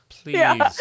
Please